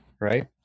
right